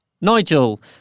Nigel